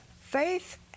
faith